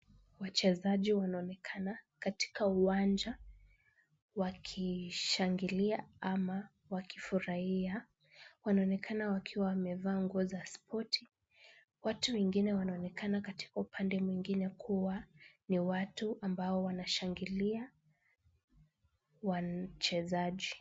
Wachezaji wanaonekana katika uwanja wakishangilia ama wakifurahia. Wanaonekana wakiwa wamevaa nguo za spoti, watu wengine wanaonekana katika upande mwingine kuwa ni watu ambao wanashangilia wachezaji.